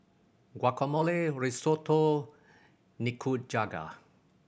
Guacamole Risotto Nikujaga